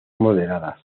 moderadas